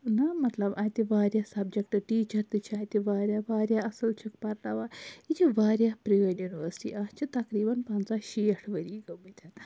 نا مَطلَب اَتہِ وارِیاہ سَبجَکٹ ٹیٖچَر تہِ چھِ اَتہِ وارِیاہ وارِیاہ اَصٕل چھِ پَرناوان یہِ چھِ وارِیاہ پرٛٲنۍ یونیوَرسِٹی اَتھ چھِ تَقریبَن پنٛژاہ شیٹھ ؤرۍیَن گٲمٕتۍ